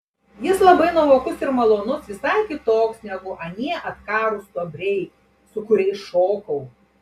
jis labai nuovokus ir malonus visai kitoks negu anie atkarūs stuobriai su kuriais šokau